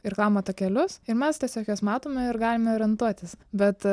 irklavimo takelius ir mes tiesiog juos matome ir galime orientuotis bet